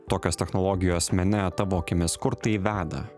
tokios technologijos mene tavo akimis kur tai veda